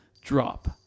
Drop